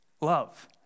love